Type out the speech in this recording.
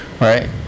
right